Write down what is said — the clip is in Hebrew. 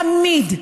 תמיד,